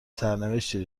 سرنوشتی